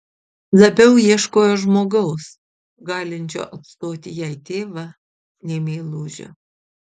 labiau ieškojo žmogaus galinčio atstoti jai tėvą nei meilužio